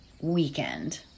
weekend